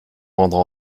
rendre